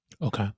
Okay